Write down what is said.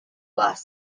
last